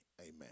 Amen